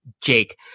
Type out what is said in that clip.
Jake